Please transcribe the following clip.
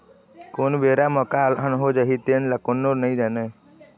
कोन बेरा म का अलहन आ जाही तेन ल कोनो नइ जानय